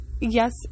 Yes